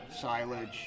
silage